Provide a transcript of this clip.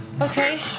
Okay